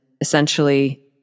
essentially